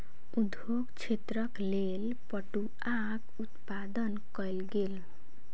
उद्योग क्षेत्रक लेल पटुआक उत्पादन कयल गेल